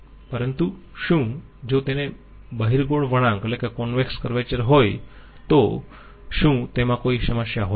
પરંતુ શું જો તેને બહિર્ગોળ વળાંક હોય તો શું તેમાં કોઈ સમસ્યા હોય છે